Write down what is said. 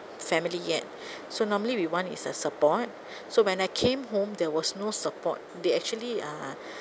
family yet so normally we want is a support so when I came home there was no support they actually uh